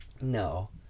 No